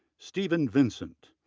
stephen vincent,